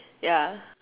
ya